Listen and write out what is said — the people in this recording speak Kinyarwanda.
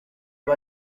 ngo